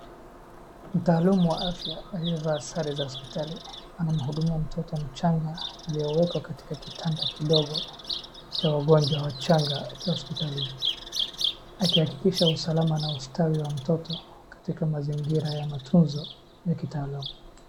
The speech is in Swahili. Mataalamu wa afya aliyevaa sare za hospitali, anamhudumia mtoto mchanga aliyewekwa katika kitanda kidogo, cha wagonjwa wachanga cha hospitali, akihakikisha usalama na ustawi wa mtoto, katika mazingira ya matunzo, ya kitaalamu.